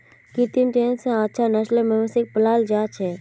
कृत्रिम चयन स अच्छा नस्लेर मवेशिक पालाल जा छेक